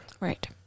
Right